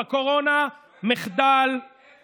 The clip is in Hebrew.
בניגוד מוחלט, אתה